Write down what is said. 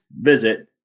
visit